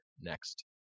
next